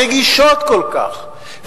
הרגישות כל כך,